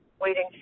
waiting